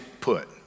put